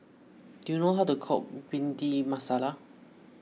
do you know how to cook Bhindi Masala